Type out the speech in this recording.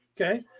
Okay